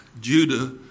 Judah